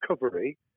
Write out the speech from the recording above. recovery